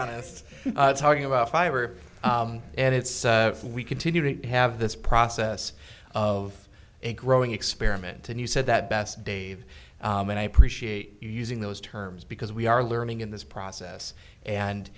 honest talking about fiber and it's if we continue to have this process of a growing experiment and you said that best dave and i appreciate you using those terms because we are learning in this process and